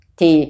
thì